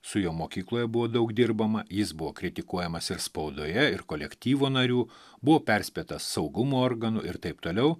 su juo mokykloje buvo daug dirbama jis buvo kritikuojamas ir spaudoje ir kolektyvo narių buvo perspėtas saugumo organų ir taip toliau